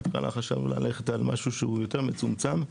בהתחלה חשבנו ללכת על משהו שהוא יותר מצומצם.